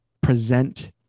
present